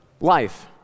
life